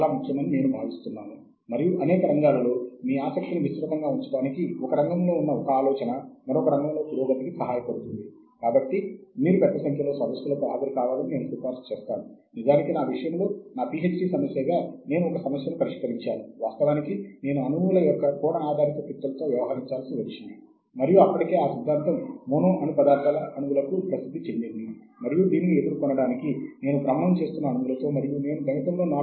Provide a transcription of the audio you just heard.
ప్రాథమికంగా ఈ సంఖ్య ప్రపంచంలో గల ఏ పుస్తకాన్ని అయినా ఎవరైనా గుర్తించటానికి అనుమతిస్తుంది అది అందుబాటులో ఉంటే దాని మూలాన్నిముద్రణ చేయవచ్చు